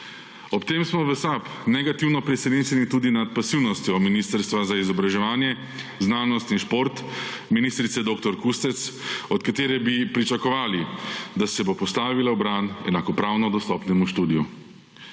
Ob tem smo v SAB negativno presenečeni tudi nad pasivnostjo Ministrstva za izobraževanje, znanost in šport, ministrice dr. Kustec, od katere bi pričakovali, da se bo postavila v bran enakopravno dostopnemu študiju.